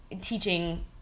teaching